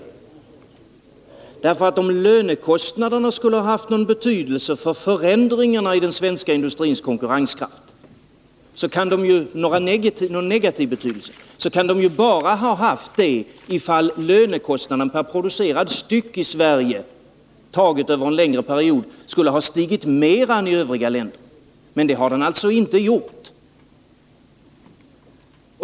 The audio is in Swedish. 181 Nr 52 Om lönekostnaderna skulle ha haft någon negativ betydelse för föränd Tisdagen den ringarna av den svenska industrins konkurrenskraft så måste lönekostnaden 16 december 1980 PerPproducerad enhet i Sverige, sedd över en längre period, ha stigit mer än i övriga länder. Men det har den inte gjort.